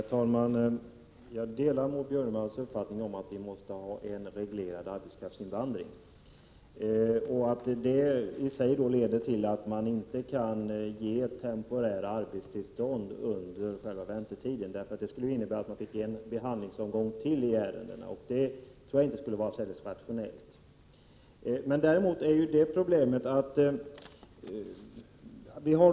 Herr talman! Jag delar Maud Björnemalms uppfattning att vi måste ha en reglerad arbetskraftsinvandring, vilket i sin tur innebär att man inte kan ge temporära arbetstillstånd under väntetiden. I så fall skulle man få en ytterligare omgång i ärendebehandlingen, och det vore inte rationellt. Det finns dock problem i detta sammanhang.